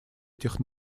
этих